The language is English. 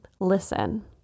Listen